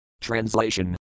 Translation